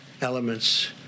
elements